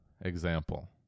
example